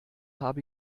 hab